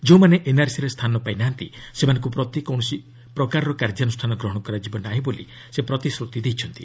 ଯେଉଁମାନେ ଏନ୍ଆର୍ସିରେ ସ୍ଥାନ ପାଇନାହାନ୍ତି ସେମାନଙ୍କୁ ପ୍ରତି କୌଣସି ପ୍ରକାରର କାର୍ଯ୍ୟାନୁଷ୍ଠାନ ଗ୍ରହଣ କରାଯିବ ନାହିଁ ବୋଲି ସେ ପ୍ରତିଶ୍ରତି ଦେଇଛନ୍ତି